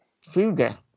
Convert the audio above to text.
Fuga